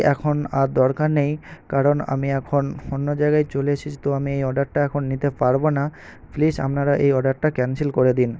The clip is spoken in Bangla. এখন আর দরকার নেই কারণ আমি এখন অন্য জায়গায় চলে এসেছি তো আমি এই অর্ডারটা এখন নিতে পারবো না প্লিস আপনারা এই অর্ডারটা ক্যান্সেল করে দিন